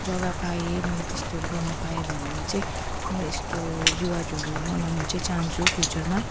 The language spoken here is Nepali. जग्गा पाएँ मैले त्यस्तोहरू गर्नु पाएँ भने म चाहिँ म यस्तो रिवाजहरू मनाउनु चाहिँ चाहन्छु फ्युचरमा